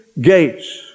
gates